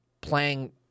playing